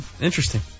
Interesting